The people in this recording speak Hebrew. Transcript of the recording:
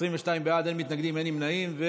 22 בעד, אין מתנגדים, אין נמנעים.